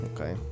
Okay